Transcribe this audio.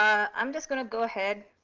um i'm just going to go ahead,